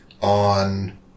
on